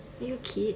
are you a kid